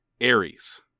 Aries